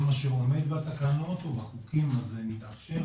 כל מה שעומד בתקנות ובחוקים אז מתאפשר,